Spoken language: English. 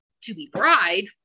to-be-bride